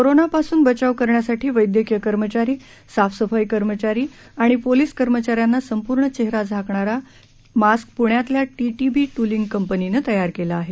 corona पासून बचाव करण्यासाठी वैद्यकीय कर्मचारी साफसफाई कर्मचारी आणि पोलीस कर्मचाऱ्यांना संपूर्ण चेहरा झाकणारा चेहरा झाकणारा मास्क पुण्यातल्या टीटीबी ट्रलिंग कंपनीनं तयार केला आहे